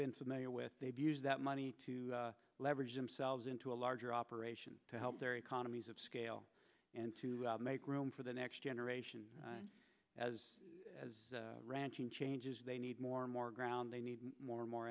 familiar with they've used that money to leverage themselves into a larger operation to help their economies of scale and to make room for the next generation as as ranching changes they need more and more ground they need more and more